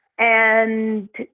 and